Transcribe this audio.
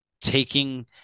taking